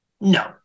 no